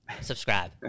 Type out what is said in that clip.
subscribe